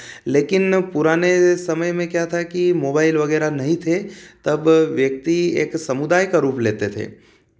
लेकिन पुराने समय में क्या था कि मोबाईल वगैरह नहीं थे तब व्यक्ति एक समुदाय का रूप लेते थे